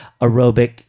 aerobic